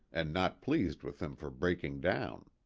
and not pleased with him for breaking down.